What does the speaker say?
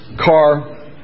car